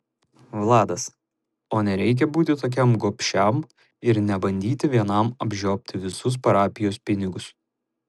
vladas o nereikia būti tokiam gobšiam ir nebandyti vienam apžioti visus parapijos pinigus